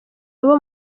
abo